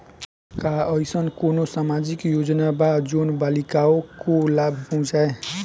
का अइसन कोनो सामाजिक योजना बा जोन बालिकाओं को लाभ पहुँचाए?